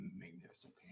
magnificent